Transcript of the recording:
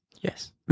Yes